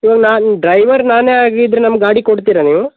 ಈಗ ನಾನು ಡ್ರೈವರ್ ನಾನೇ ಆಗಿದ್ರೆ ನಮ್ಗೆ ಗಾಡಿ ಕೊಡ್ತೀರಾ ನೀವು